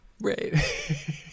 Right